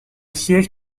siège